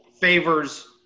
favors